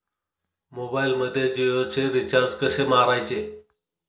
मोबाइलमध्ये जियोचे रिचार्ज कसे मारायचे?